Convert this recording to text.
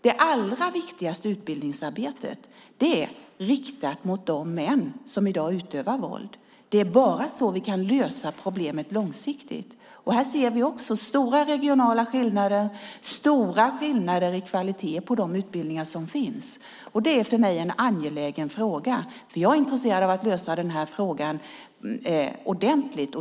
Det allra viktigaste utbildningsarbetet är riktat mot de män som i dag utövar våld. Det är bara så vi kan lösa problemet långsiktigt. Här ser vi också stora regionala skillnader och stora skillnader i kvalitet på de utbildningar som finns. Det är för mig en angelägen fråga. Jag är intresserad av att lösa frågan ordentligt.